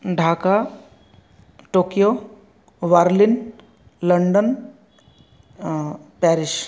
Dhaka Tokyo Berlin London Paris